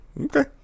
Okay